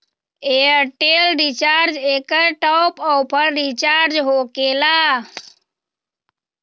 Airtel recharge एकर top off recharge होकेला?